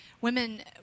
Women